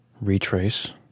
Retrace